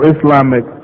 Islamic